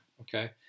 Okay